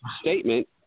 statement